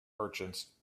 merchants